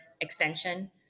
extension